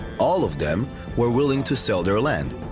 all of them were willing to sell their land.